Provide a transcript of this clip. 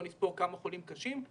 בוא נפתור כמה חולים קשים,